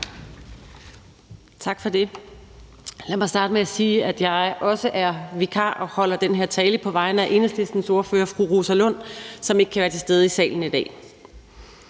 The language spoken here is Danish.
Tak for det. Lad mig starte med at sige, at jeg også er vikar og holder den her tale på vegne af Enhedslistens ordfører fru Rosa Lund, som ikke kan være til stede i salen i dag.